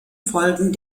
folgen